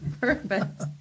perfect